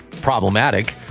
problematic